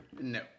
No